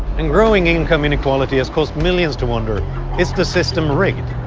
and growing income inequality has caused millions to wonder is the system rigged?